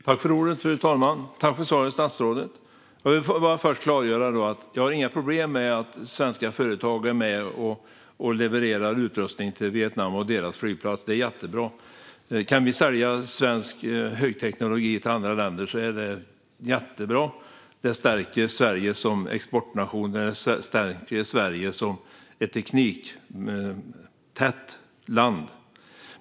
Fru talman! Tack för svaret, statsrådet! Jag vill bara först klargöra att jag inte har några problem med att svenska företag är med och levererar utrustning till Vietnam och deras flygplats. Det är jättebra. Kan vi sälja svensk högteknologi till andra länder är det jättebra. Det stärker Sverige som exportnation och som ett tekniktätt land.